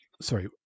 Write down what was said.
sorry